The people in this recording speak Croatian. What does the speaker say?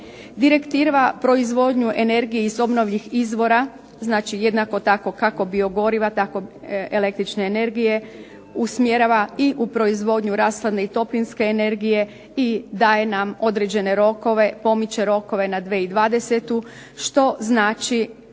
Direktiva proizvodnju energije iz obnovljivih izvora znači jednako tako kako biogoriva tako električne energije usmjerava u proizvodnju rashladne i toplinske energije i daje nam određene rokove, pomiče rokove na 2020. što znači